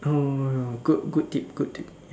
oh good tip good tip